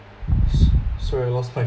sorry I lost my point